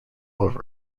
over